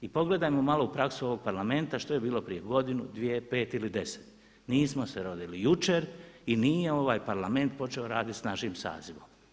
I pogledamo malo u praksu ovog Parlamenta što je bilo prije godinu, dvije, pet ili deset, nismo se rodili jučer i nije ovaj Parlament počeo raditi s našim sazivom.